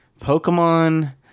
Pokemon